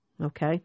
Okay